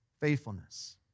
faithfulness